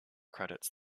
credits